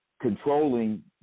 controlling